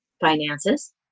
finances